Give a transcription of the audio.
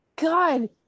god